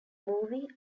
movie